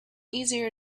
easier